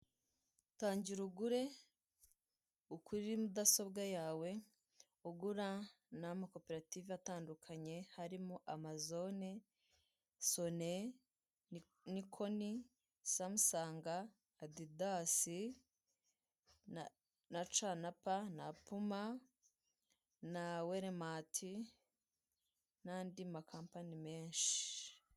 Tangira ugure kuri mudasobwa yawe ugura namakoperative atandukanye harimo; Amazone, Sone, Nikoni, Samusanga, Adidasi na ca na pa, na Puma na Weremati n'andi makampani menshi.